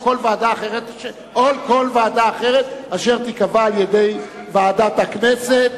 כל ועדה אחרת אשר תיקבע על-ידי ועדת הכנסת.